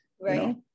Right